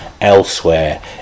elsewhere